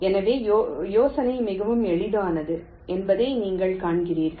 எனவே யோசனை மிகவும் எளிமையானது என்பதை நீங்கள் காண்கிறீர்கள்